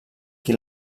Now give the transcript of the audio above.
qui